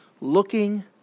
looking